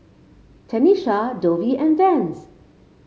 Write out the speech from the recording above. Tenisha Dovie and Vance